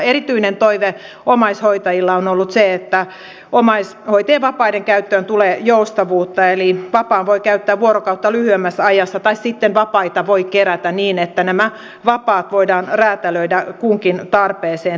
erityinen toive omaishoitajilla on ollut se että omaishoitajien vapaiden käyttöön tulee joustavuutta eli vapaan voi käyttää vuorokautta lyhyemmässä ajassa tai sitten vapaita voi kerätä niin että nämä vapaat voidaan räätälöidä kunkin tarpeeseen